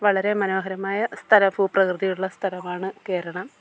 വളരെ മനോഹരമായ സ്ഥല ഭൂപ്രകൃതിയുള്ള സ്ഥലമാണ് കേരളം